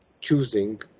choosing